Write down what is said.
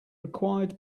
required